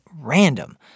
random